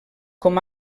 com